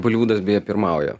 bolivudas beje pirmauja